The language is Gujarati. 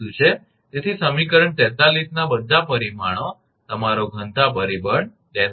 તેથી સમીકરણ 43 ના બધા પરિમાણો તમારો ઘનતા પરિબળ 𝛿 0